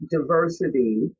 diversity